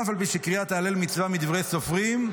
אף על פי שקריאת ההלל מצווה מדברי סופרים,